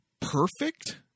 perfect